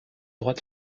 droit